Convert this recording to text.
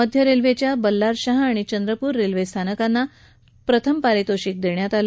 मध्य रेल्वेच्या बल्लारशाह आणि चंद्रपूर रेल्वे स्थानकांना प्रथम पारितोषिक देण्यात आलं